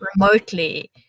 remotely